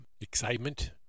excitement